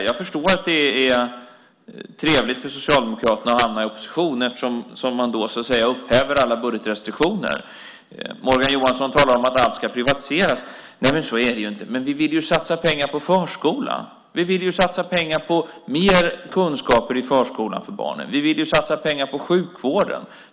Jag förstår att det är trevligt för Socialdemokraterna att hamna i opposition eftersom man då upphäver alla budgetrestriktioner. Morgan Johansson talar om att allt ska privatiseras. Nej, så är det ju inte. Men vi vill ju satsa pengar på förskolan. Vi vill ju satsa pengar på mer kunskaper i förskolan för barnen. Vi vill ju satsa pengar på sjukvården.